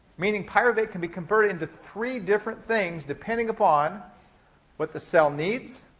meaning pyruvate can be converted into three different things, depending upon what the cell needs,